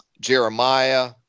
Jeremiah